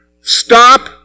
Stop